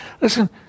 Listen